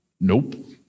nope